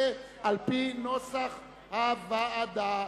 לפי נוסח הוועדה.